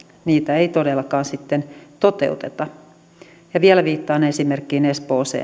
niitä ei todellakaan sitten huomioida vielä viittaan esimerkkiin espoossa